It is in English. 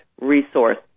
resource